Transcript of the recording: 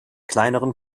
kleineren